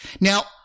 Now